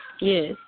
Yes